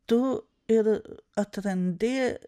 tu ir atrandi